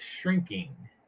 shrinking